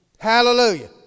Hallelujah